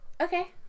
Okay